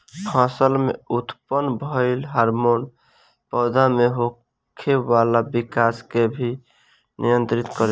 फसल में उत्पन्न भइल हार्मोन पौधा में होखे वाला विकाश के भी नियंत्रित करेला